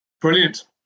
Brilliant